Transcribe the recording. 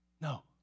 No